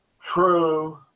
true